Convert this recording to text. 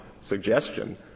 suggestion